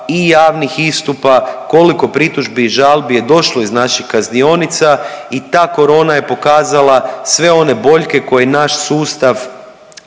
i javnih istupa, koliko pritužbi i žalbi je došlo iz naših kaznionica i ta korona je pokazala sve one boljke koje naš sustav